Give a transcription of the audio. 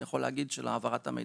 אני יכול להגיד של העברת המידע.